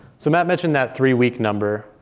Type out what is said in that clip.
so matt mentioned that three week number.